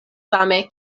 same